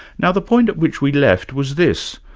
now the point at which we left was this.